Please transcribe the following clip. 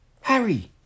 Harry